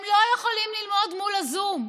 הם לא יכולים ללמוד מול הזום.